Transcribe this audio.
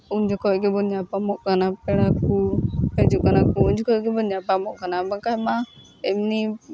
ᱩᱱ ᱡᱚᱠᱷᱚᱱ ᱜᱮᱵᱚᱱ ᱧᱟᱯᱟᱢᱚᱜ ᱠᱟᱱᱟ ᱯᱮᱲᱟ ᱠᱚ ᱦᱤᱡᱩᱜ ᱠᱟᱱᱟ ᱠᱚ ᱩᱱ ᱡᱚᱠᱷᱚᱱ ᱜᱮᱵᱚᱱ ᱧᱟᱯᱟᱢᱚᱜ ᱠᱟᱱᱟ ᱵᱟᱠᱷᱟᱱ ᱢᱟ ᱮᱢᱱᱤ